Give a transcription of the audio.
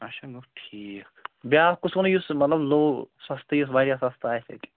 اَچھا گوٚو ٹھیٖک بیٛاکھ کُس ووٚنُو یُس سُہ مطلب لو سَستہٕ یُس واریاہ سَستہٕ آسہِ اَتہِ